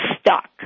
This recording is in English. stuck